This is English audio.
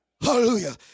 Hallelujah